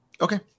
okay